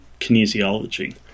kinesiology